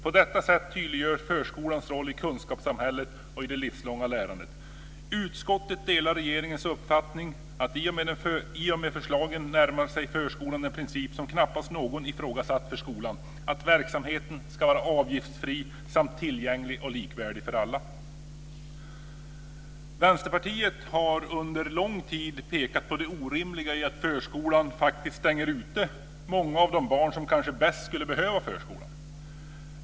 På detta sätt tydliggörs förskolans roll i kunskapssamhället och i det livslånga lärandet. Utskottet delar regeringens uppfattning att i och med förslagen närmar sig förskolan den princip som knappast någon ifrågasatt för skolan - att verksamheten skall vara avgiftsfri samt tillgänglig och likvärdig för alla." Vänsterpartiet har under lång tid pekat på det orimliga i att förskolan faktiskt stänger ute många av de barn som kanske bäst skulle behöva förskolan.